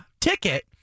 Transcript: ticket